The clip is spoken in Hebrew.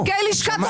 בסך הכול גבינה.